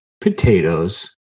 potatoes